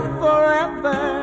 forever